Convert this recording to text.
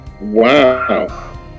Wow